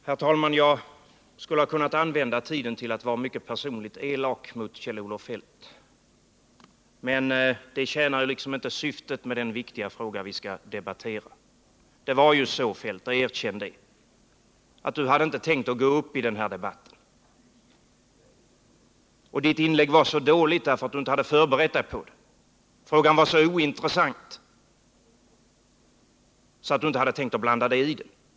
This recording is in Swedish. Herr talman! Jag skulle kunna använda tiden till att vara mycket personligt elak mot Kjell-Olof Feldt, men det tjänar liksom inte syftet med den viktiga fråga som vi skall debattera. Det var ju så, Kjell-Olof Feldt — erkänn det! — att du inte hade tänkt gå upp i denna debatt. Ditt inlägg var så dåligt därför att du inte hade förberett dig. Frågan var så ointressant för dig, att du inte hade tänkt blanda dig i debatten om den.